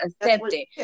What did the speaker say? accepting